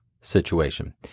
situation